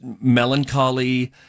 melancholy